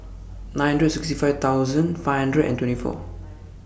nine hundred and sixty five thousand five hundred and twenty four